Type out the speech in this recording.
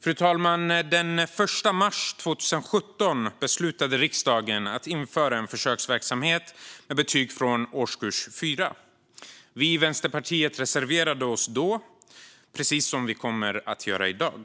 Fru talman! Den 1 mars 2017 beslutade riksdagen att införa en försöksverksamhet med betyg från årskurs 4. Vi i Vänsterpartiet reserverade oss då, precis som vi kommer att göra i dag.